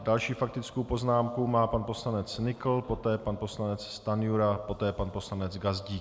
Další faktickou poznámku má pan poslanec Nykl, poté pan poslanec Stanjura, poté pan poslanec Gazdík.